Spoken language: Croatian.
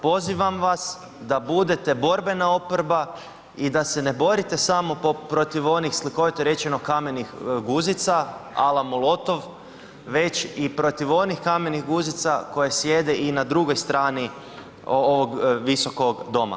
Pozivam vas da budete borbena oporba i da se ne borite samo protiv onih slikovito rečeno kamenih guzica … već i protiv onih kamenih guzica koje sjede i na drugoj strani ovog visokog doma.